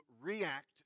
react